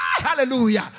Hallelujah